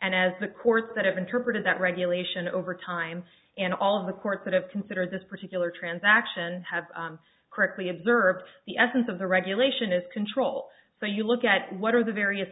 and as the courts that have interpreted that regulation over time and all of the courts that have considered this particular transaction have correctly observed the essence of the regulation is control so you look at what are the various